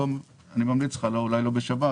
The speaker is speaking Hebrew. אני ממליץ להגיע לשם, אולי לא בשבת.